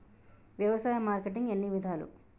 వ్యవసాయ మార్కెటింగ్ ఎన్ని విధాలు?